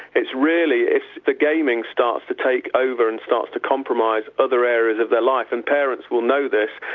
it's really if the gaming starts to take over and starts to compromise other areas of their life, and parents will know this,